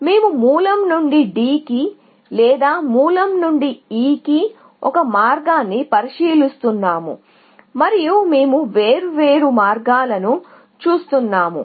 మూలం నుండి D కి లేదా మూలం నుండి E కి ఒక మార్గాన్ని పరిశీలిస్తున్నాము మరియు మేము వేర్వేరు మార్గాలను చూస్తున్నాము